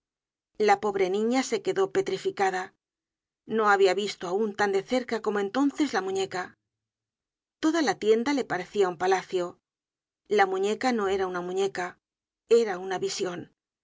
la pobre niña se quedó petrificada no habia visto aun tan de cerca como entonces la muñeca toda la tienda le parecia un palacio la muñeca no era una muñeca era una vision